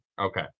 Okay